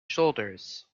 shoulders